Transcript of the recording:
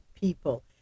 people